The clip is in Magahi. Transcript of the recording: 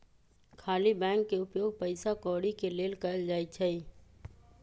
खाली बैंक के उपयोग पइसा कौरि के लेल कएल जाइ छइ